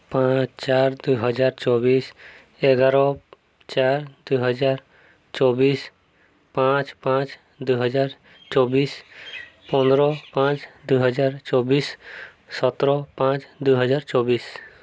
ପାଞ୍ଚ ଚାରି ଦୁଇ ହଜାର ଚବିଶ ଏଗାର ଚାରି ଦୁଇ ହଜାର ଚବିଶ ପାଞ୍ଚ ପାଞ୍ଚ ଦୁଇ ହଜାର ଚବିଶ ପନ୍ଦର ପାଞ୍ଚ ଦୁଇ ହଜାର ଚବିଶ ସତର ପାଞ୍ଚ ଦୁଇ ହଜାର ଚବିଶ